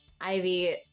Ivy